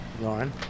Lauren